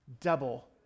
double